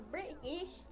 British